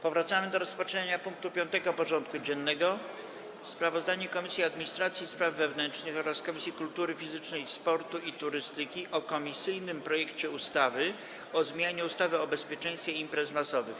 Powracamy do rozpatrzenia punktu 5. porządku dziennego: Sprawozdanie Komisji Administracji i Spraw Wewnętrznych oraz Komisji Kultury Fizycznej, Sportu i Turystyki o komisyjnym projekcie ustawy o zmianie ustawy o bezpieczeństwie imprez masowych.